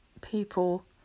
people